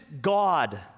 God